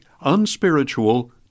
UNSPIRITUAL